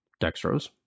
Dextrose